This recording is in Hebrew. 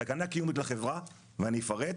סכנה קיומית לחברה, אני אפרט,